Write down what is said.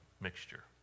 mixture